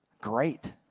great